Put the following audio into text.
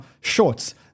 shorts